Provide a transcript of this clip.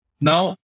Now